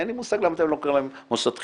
אין לי מושג למה אתם לא קוראים להם מוסד חינוכי,